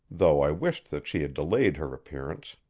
though i wished that she had delayed her appearance,